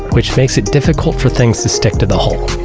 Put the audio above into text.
which makes it difficult for things to stick to the hole.